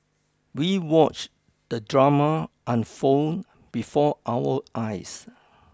we watched the drama unfold before our eyes